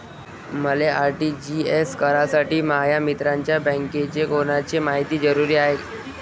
मले आर.टी.जी.एस करासाठी माया मित्राच्या बँकेची कोनची मायती जरुरी हाय?